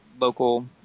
local –